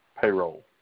payroll